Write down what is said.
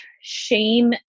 shame